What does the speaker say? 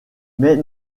mais